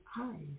eyes